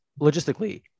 logistically